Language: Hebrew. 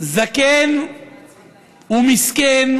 זקן ומסכן,